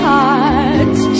Hearts